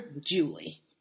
Julie